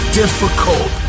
difficult